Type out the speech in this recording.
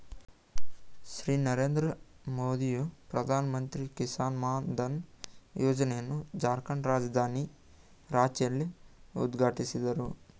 ಶ್ರೀ ನರೇಂದ್ರ ಮೋದಿಯು ಪ್ರಧಾನಮಂತ್ರಿ ಕಿಸಾನ್ ಮಾನ್ ಧನ್ ಯೋಜನೆಯನ್ನು ಜಾರ್ಖಂಡ್ ರಾಜಧಾನಿ ರಾಂಚಿಯಲ್ಲಿ ಉದ್ಘಾಟಿಸಿದರು